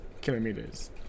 kilometers